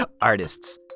Artists